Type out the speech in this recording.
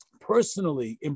personally